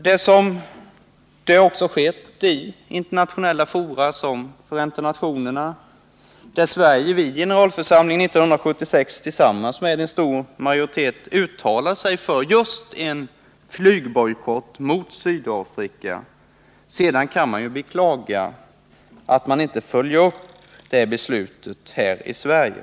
Det har också skett i internationella fora som Förenta nationerna, där Sverige i generalförsamlingen 1976 tillsammans med en stor majoritet uttalade sig för just flygbojkott mot Sydafrika. Sedan kan vi ju beklaga att man inte följer upp beslutet här i Sverige.